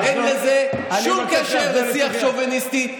אין לזה שום קשר לשיח שוביניסטי,